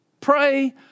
pray